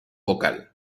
vocal